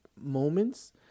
moments